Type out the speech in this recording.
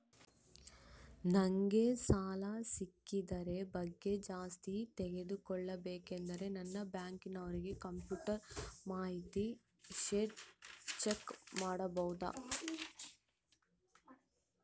ನಂಗೆ ಸಾಲ ಸಿಗೋದರ ಬಗ್ಗೆ ಜಾಸ್ತಿ ತಿಳಕೋಬೇಕಂದ್ರ ನಾನು ಬ್ಯಾಂಕಿನೋರ ಕಂಪ್ಯೂಟರ್ ಮಾಹಿತಿ ಶೇಟ್ ಚೆಕ್ ಮಾಡಬಹುದಾ?